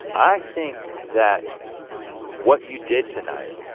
i think that what you did tonight,